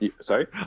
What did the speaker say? Sorry